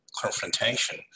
confrontation